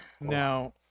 Now